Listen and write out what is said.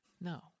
No